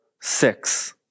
six